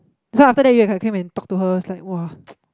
that's why after that he came and talk to her is like !wah!